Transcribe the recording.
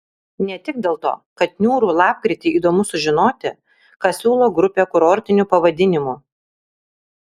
ne tik dėl to kad niūrų lapkritį įdomu sužinoti ką siūlo grupė kurortiniu pavadinimu